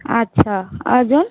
अच्छा अजून